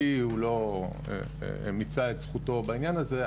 כי הוא לא מיצה את זכותו בעניין הזה,